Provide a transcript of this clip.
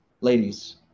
Ladies